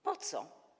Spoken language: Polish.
Po co?